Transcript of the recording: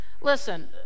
listen